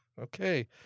Okay